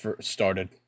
started